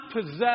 possess